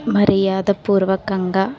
మర్యాదపూర్వకంగా